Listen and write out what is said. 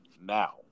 now